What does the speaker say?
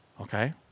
Okay